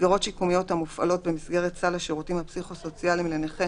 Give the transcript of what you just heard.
מסגרות שיקומיות המופעלות במסגרת סל השירותים הפסיכו-סוציאליים לנכה